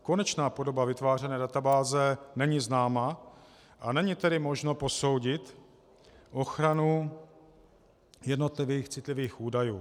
Konečná podoba vytvářené databáze není známa, a není tedy možno posoudit ochranu jednotlivých citlivých údajů.